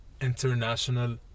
international